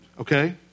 okay